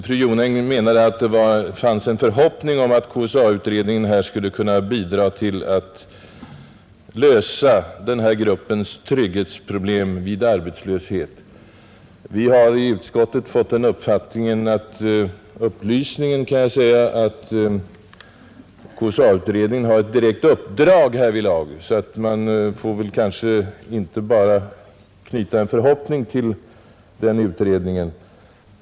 Fru Jonäng sade att det finns en förhoppning om att KSA-utredningen skulle kunna bidra till att lösa den här gruppens trygghetsproblem vid arbetslöshet. Vi har i utskottet fått den upplysningen att KSA-utredningen har ett direkt uppdrag härvidlag, så man kan kanske inte bara knyta en förhoppning till den utredningen.